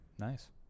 Nice